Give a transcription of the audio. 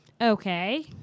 Okay